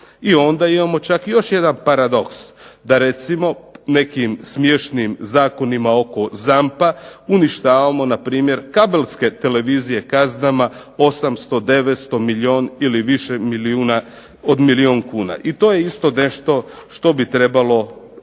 I onda imamo čak i još jedan paradoks da recimo nekim smiješnim zakonima oko ZAMP-a uništavamo na primjer kabelske televizije kaznama 800, 900, milijun ili više od milijun kuna. I to je isto nešto što bi trebalo